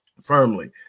firmly